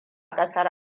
kasar